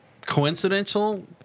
coincidental